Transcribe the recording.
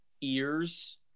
ears